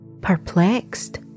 Perplexed